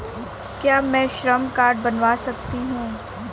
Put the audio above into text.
क्या मैं श्रम कार्ड बनवा सकती हूँ?